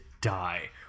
die